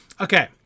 Okay